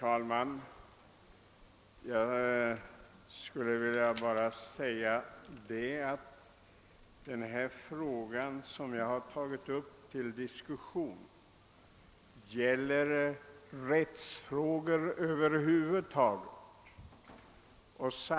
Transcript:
Herr talman! Vad jag aktualiserat i min motion är rättsfrågor över huvud taget.